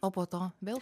o po to vėl